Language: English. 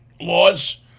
laws